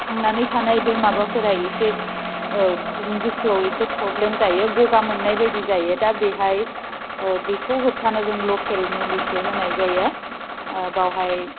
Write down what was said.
थांनानै थानाय बे माबाफोरा एसे गुदुं गुसुवाव एसे प्रब्लेम जायो गगामोननाय बायदि जायो दा बेवहाय बेखौ होबथानो जों लकेल मुलिसो होनाय जायो बावहाय